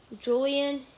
Julian